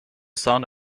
son